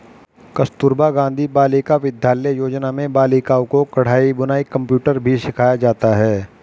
कस्तूरबा गाँधी बालिका विद्यालय योजना में बालिकाओं को कढ़ाई बुनाई कंप्यूटर भी सिखाया जाता है